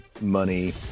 Money